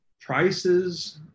prices